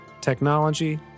Technology